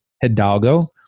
Hidalgo